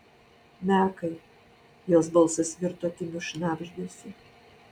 mekai jos balsas virto kimiu šnabždesiu